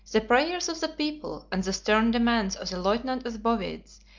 the prayers of the people, and the stern demands of the lieutenant of the bowides,